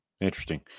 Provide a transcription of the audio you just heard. interesting